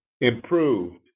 improved